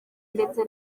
ndetse